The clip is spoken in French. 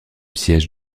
siège